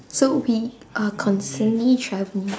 so we are constantly travelling